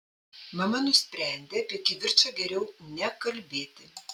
mama nusprendė apie kivirčą geriau nekalbėti